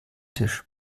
tisch